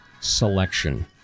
selection